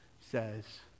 says